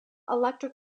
electric